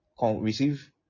receive